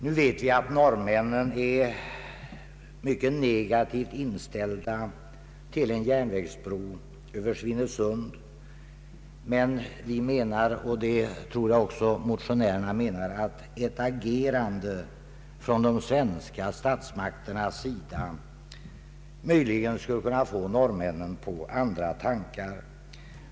Nu vet vi att norrmännen är mycket negativt inställda till en järnvägsbro över Svinesund, men vi menar — det torde också motionärerna mena — att ett agerande av de svenska statsmakterna möjligen skulle få norrmännen på andra tankar.